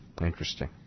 Interesting